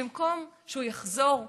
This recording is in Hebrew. במקום שהוא יחזור לציבור,